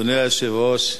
אדוני היושב-ראש,